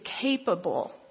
capable